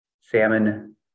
salmon